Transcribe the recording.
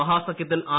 മഹാസഖൃത്തിൽ R